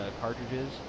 cartridges